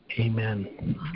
Amen